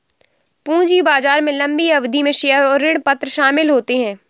पूंजी बाजार में लम्बी अवधि में शेयर और ऋणपत्र शामिल होते है